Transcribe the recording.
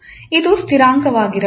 ಇದು ಸ್ಥಿರಾಂಕವಾಗಿರಬಹುದು